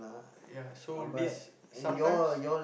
ya so this sometimes